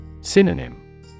Synonym